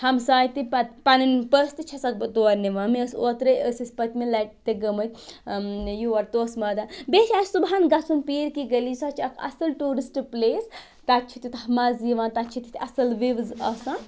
ہَمساے تہِ پَتہٕ پَنٕنۍ پٔژھ تہِ چھَسَکھ بہٕ تور نِوان مےٚ ٲس اوترَے أسی ٲسۍ پٔتمہِ لَٹہِ تہِ گٔمٕتۍ یور توسہٕ مٲدان بیٚیہِ چھِ اَسہِ صُبحَن گَژھُن پیٖر کی گلی سۄ چھَ اَکھ اَصٕل ٹیوٗرِسٹ پٕلیس تَتہِ چھُ تیوٗتاہ مَزٕ یِوان تَتہِ چھِ تِتھۍ اَصٕل وِوٕز آسان